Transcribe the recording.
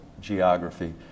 geography